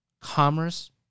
commerce